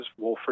Wolfrid